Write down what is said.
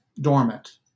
dormant